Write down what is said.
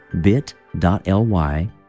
bit.ly